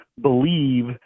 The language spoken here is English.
believe